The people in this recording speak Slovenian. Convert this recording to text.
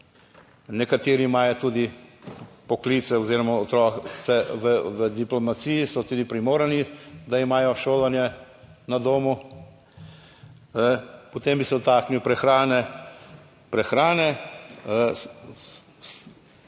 nekateri imajo tudi poklice oziroma otroke v diplomaciji, so tudi primorani, da imajo šolanje na domu. Potem bi se dotaknil prehrane. Prehrane,